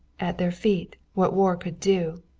at their feet, what war could do.